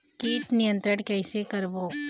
कीट नियंत्रण कइसे करबो?